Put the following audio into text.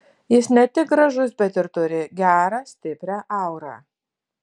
jis ne tik gražus bet ir turi gerą stiprią aurą